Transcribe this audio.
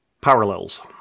Parallels